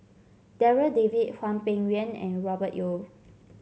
Darryl David Hwang Peng Yuan and Robert Yeo